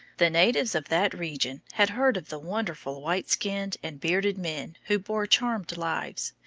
the natives of that region had heard of the wonderful white-skinned and bearded men who bore charmed lives,